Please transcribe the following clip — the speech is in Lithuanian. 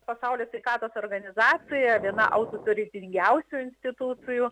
pasaulio sveikatos organizacija viena autoturintingiausių institucijų